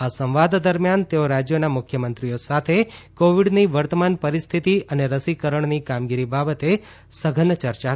આ સંવાદ દરમિયાન તેઓ રાજ્યોના મુખ્યમંત્રીઓ સાથે કોવિડની વર્તમાન પરિસ્થિતિ અને રસીકરણની કામગીરી બાબતે સઘન ચર્ચા કરશે